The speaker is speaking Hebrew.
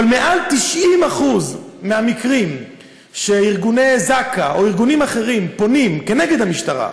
אבל מעל 90% מהמקרים שארגוני זק"א או ארגונים אחרים פונים נגד המשטרה,